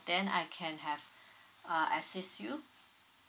then I can have uh assist you